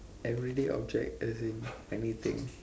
everyday object as in anything